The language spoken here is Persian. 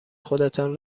خودتان